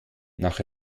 nach